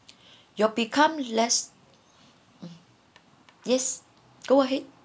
you'll becomes less yes go ahead